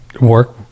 work